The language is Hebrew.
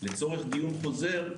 לצורך דיון חוזר,